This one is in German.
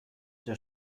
der